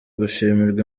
gushimirwa